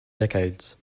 decades